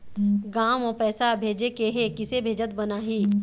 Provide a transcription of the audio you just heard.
गांव म पैसे भेजेके हे, किसे भेजत बनाहि?